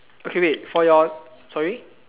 okay wait for your sorry